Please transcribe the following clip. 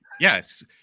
yes